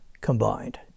combined